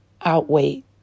outweigh